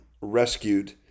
rescued